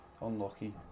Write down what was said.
Unlucky